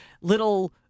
little